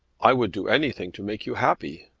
i would do anything to make you happy.